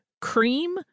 cream